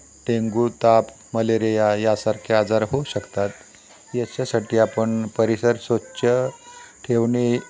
dengue ताप malaria यासारखे आजार होऊ शकतात याच्यासाठी आपण परिसर स्वच्छ ठेवणे